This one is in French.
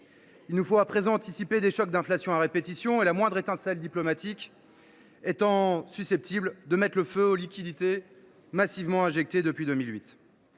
Il nous faut à présent anticiper des chocs d’inflation à répétition, la moindre étincelle diplomatique étant susceptible de mettre le feu aux liquidités massivement injectées depuis 2008.